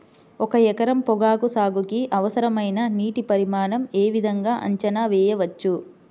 ఒక ఎకరం పొగాకు సాగుకి అవసరమైన నీటి పరిమాణం యే విధంగా అంచనా వేయవచ్చు?